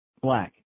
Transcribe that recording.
Black